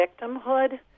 victimhood